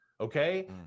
okay